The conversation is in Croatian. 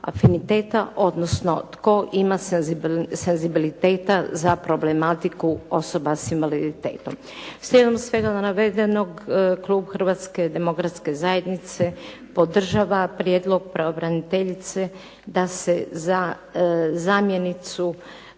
odnosno tko ima senzibiliteta za problematiku osoba s invaliditetom. Slijedom svega navedenog klub Hrvatske demokratske zajednice podržava prijedlog pravobraniteljice da se za zamjenicu